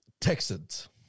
Texans